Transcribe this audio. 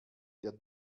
der